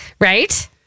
Right